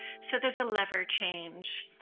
so there's a lever change,